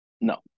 No